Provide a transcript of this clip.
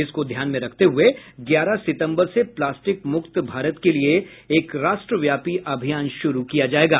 इसको ध्यान में रखते हुए ग्यारह सितम्बर से प्लास्टिक मुक्त भारत के लिए एक राष्ट्रव्यापी अभियान शुरू किया जाएगा